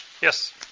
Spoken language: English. yes